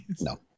No